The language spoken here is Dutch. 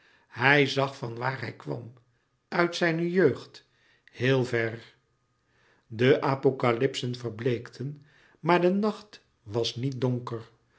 hij zag van waar hij kwam uit zijne jeugd heel ver de apocalypsen verbleekten maar de nacht was niet donker